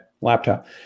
laptop